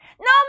No